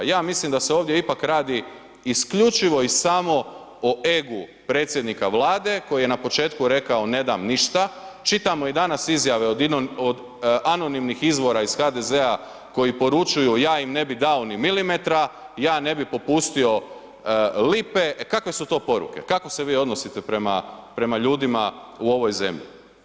Ja mislim da se ovdje ipak radi isključivo i samo o egu predsjednika Vlade koji je na početku rekao ne dam ništa, čitamo i danas izjave od anonimnih izvora iz HDZ-a koji poručuju ja im ne bi dao ni milimetra, ja ne bi popustio lipe, kakve su to poruke, kako se vi odnosite prema, prema ljudima u ovoj zemlji?